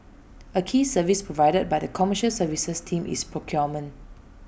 A key service provided by the commercial services team is procurement